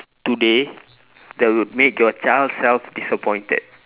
today that would make your child self disappointed